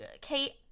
Kate